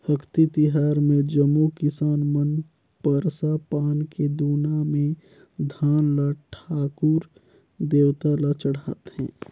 अक्ती तिहार मे जम्मो किसान मन परसा पान के दोना मे धान ल ठाकुर देवता ल चढ़ाथें